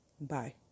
Bye